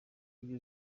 ibyo